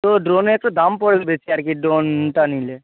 তো ড্রোনের একটু দাম পড়বে বেশি আর কি ড্রোনটা নিলে